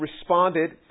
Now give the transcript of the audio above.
responded